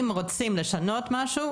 אם רוצים לשנות משהו,